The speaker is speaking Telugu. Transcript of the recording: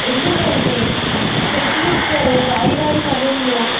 ఎందుకంటే ప్రతీ ఒక్కరూ వారి వారి పనుల్లో